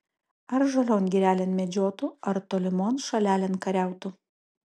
ar žalion girelėn medžiotų ar tolimon šalelėn kariautų